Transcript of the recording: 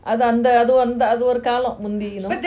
அந்த அந்த அது ஒரு காலம் முந்தி:antha antha athu oru kaalam munthi you know